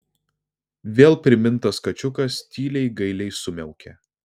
vėl primintas kačiukas tyliai gailiai sumiaukė